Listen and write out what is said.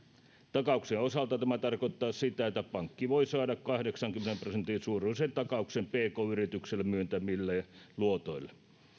takauksien osalta tämä tarkoittaa sitä että pankki voi saada kahdeksankymmenen prosentin suuruisen takauksen pk yritykselle myöntämilleen luotoille